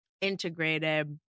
integrated